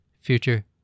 future